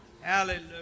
Hallelujah